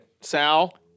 Sal